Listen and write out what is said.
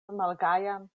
malgajan